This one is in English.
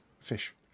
fish